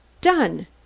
Done